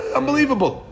unbelievable